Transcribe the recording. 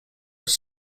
were